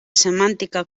semàntica